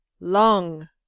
Long